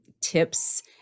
tips